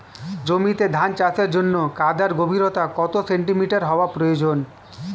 জমিতে ধান চাষের জন্য কাদার গভীরতা কত সেন্টিমিটার হওয়া প্রয়োজন?